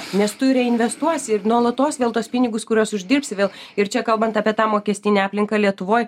nes tu reinvestuosi ir nuolatos vėl tuos pinigus kuriuos uždirbsi vėl ir čia kalbant apie tą mokestinę aplinką lietuvoj